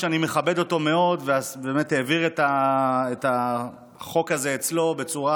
שאני מכבד אותו מאוד ובאמת העביר את החוק הזה אצלו בצורה